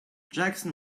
jackson